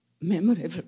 memorable